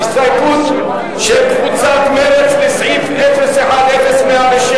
הסתייגות של קבוצת מרצ לסעיף 010107,